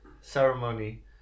ceremony